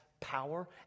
power